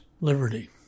liberty